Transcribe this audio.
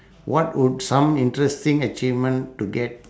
what would some interesting achievement to get